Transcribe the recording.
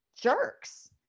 jerks